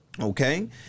Okay